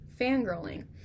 fangirling